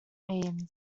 means